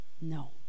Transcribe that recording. No